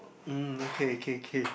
mm okay okay okay